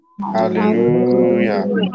Hallelujah